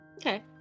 Okay